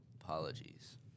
Apologies